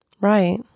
Right